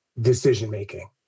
decision-making